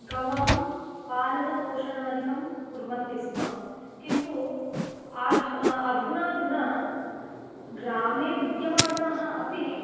गवां पालनपोषणादिकं कुर्वन्ति स्म किन्तु अधुना अधुनाधुना ग्रामे विद्यमानाः अपि